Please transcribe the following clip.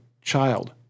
child